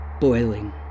boiling